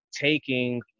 taking